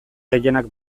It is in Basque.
gehienak